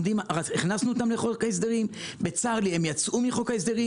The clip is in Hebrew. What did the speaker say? הכנסנו אותם לחוק ההסדרים וצר לי שהם יצאו מחוק ההסדרים.